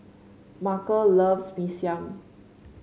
Markel loves Mee Siam